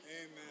Amen